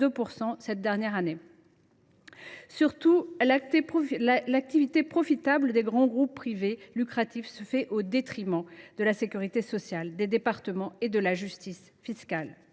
cette dernière année. Surtout, l’activité profitable des grands groupes privés lucratifs se fait au détriment de la sécurité sociale, des départements et de la justice fiscale.